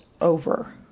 over